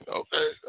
okay